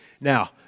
Now